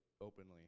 openly